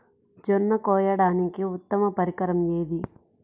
జొన్న కోయడానికి ఉత్తమ పరికరం ఏది?